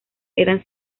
eran